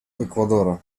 эквадора